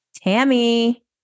Tammy